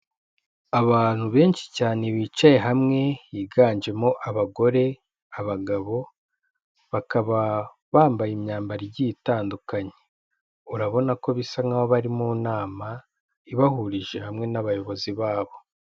Abantu benshi cyane bicaye hamwe, higanjemo abagore, abagabo, bakaba bambaye imyambaro igiye itandukanye, urabona ko bisa nkaho bari mu nama ibahurije hamwe n'abayobozi babo.